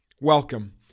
Welcome